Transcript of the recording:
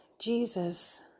Jesus